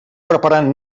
preparant